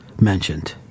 mentioned